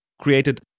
created